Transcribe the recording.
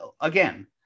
again